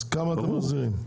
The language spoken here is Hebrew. אז כמה אתם מחזירים?